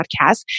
podcast